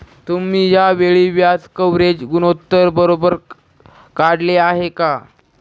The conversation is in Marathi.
तुम्ही या वेळी व्याज कव्हरेज गुणोत्तर बरोबर काढले आहे का?